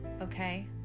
okay